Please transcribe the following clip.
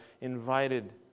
invited